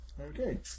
okay